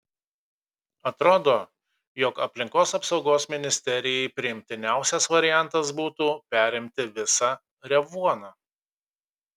atrodo jog aplinkos apsaugos ministerijai priimtiniausias variantas būtų perimti visą revuoną